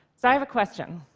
so i have a question.